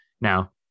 now